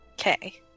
Okay